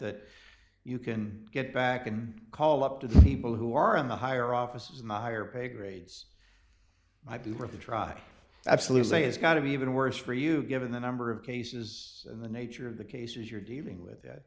that you can get back and call up to the people who are in the higher offices and the higher pay grades i do prefer to try absolute say it's got to be even worse for you given the number of cases and the nature of the cases you're dealing with that